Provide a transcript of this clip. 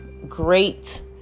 great